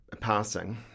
passing